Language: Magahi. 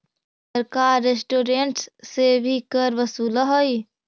सरकार रेस्टोरेंट्स से भी कर वसूलऽ हई